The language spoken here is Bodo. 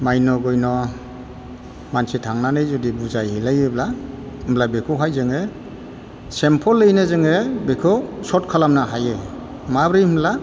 मायन' गयन' मानसि थांनानै जुदि बुजायहैलायोब्ला होनब्ला बेखौहाय जोङो सिम्पोलैनो जोङो बेखौ सर्त खालामनो हायो माबोरै होनोब्ला